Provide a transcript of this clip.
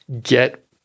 get